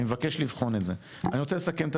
אני מבקש לבחון את זה, אני רוצה לסכם את